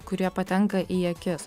kurie patenka į akis